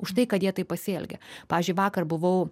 už tai kad jie taip pasielgė pavyzdžiui vakar buvau